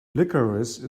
licorice